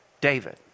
David